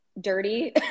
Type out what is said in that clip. dirty